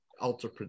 ultra